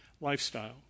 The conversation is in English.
lifestyle